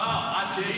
אני מסכים,